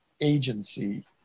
agency